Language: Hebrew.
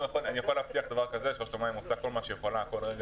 אני יכול להבטיח שרשות המים עושה ככל יכולתה בכל רגע